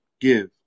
give